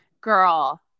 Girl